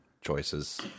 choices